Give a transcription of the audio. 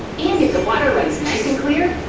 and if the water runs nice and clear,